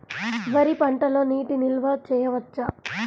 వరి పంటలో నీటి నిల్వ చేయవచ్చా?